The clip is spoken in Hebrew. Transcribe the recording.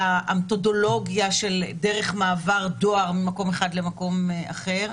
המתודולוגיה של דרך מעבר דואר ממקום אחד למקום אחר,